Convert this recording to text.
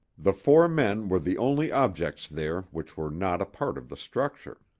the four men were the only objects there which were not a part of the structure.